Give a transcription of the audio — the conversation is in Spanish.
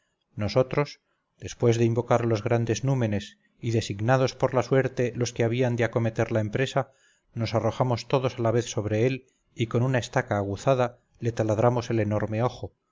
nosotros después de invocar a los grandes númenes y designados por la suerte los que habían de acometer la empresa nos arrojamos todos a la vez sobre él y con una estaca aguzada le taladramos el enorme ojo